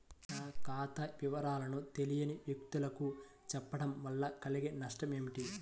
నా ఖాతా వివరాలను తెలియని వ్యక్తులకు చెప్పడం వల్ల కలిగే నష్టమేంటి?